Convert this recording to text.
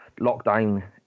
lockdown